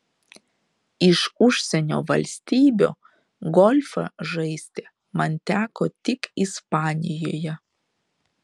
iš užsienio valstybių golfą žaisti man teko tik ispanijoje